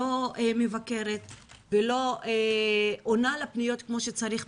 לא מבקרת ולא עונה לפניות כמו שצריך,